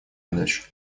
дочь